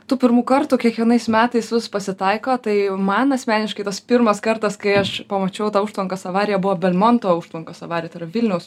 tų pirmų kartų kiekvienais metais vis pasitaiko tai man asmeniškai tas pirmas kartas kai aš pamačiau tą užtvankos avariją buvo belmonto užtvankos avarija vilniaus